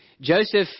Joseph